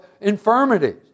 infirmities